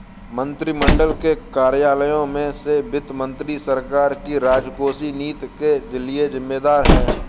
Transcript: मंत्रिमंडल के कार्यालयों में से वित्त मंत्री सरकार की राजकोषीय नीति के लिए जिम्मेदार है